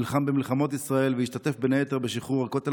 נלחם במלחמות ישראל והשתתף בין היתר בשחרור הכותל